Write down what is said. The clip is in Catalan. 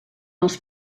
els